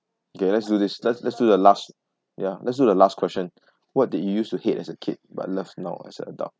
okay let's do this let's let's do the last ya let's do the last question what did you used to hate as a kid but love now as an adult